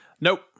Nope